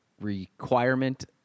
requirement